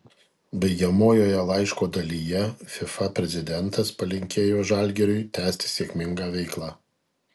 baigiamojoje laiško dalyje fifa prezidentas palinkėjo žalgiriui tęsti sėkmingą veiklą